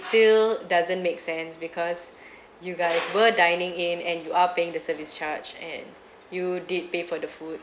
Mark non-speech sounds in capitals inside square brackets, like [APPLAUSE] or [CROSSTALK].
still doesn't make sense because [BREATH] you guys were dining in and you are paying the service charge and you did pay for the food